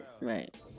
Right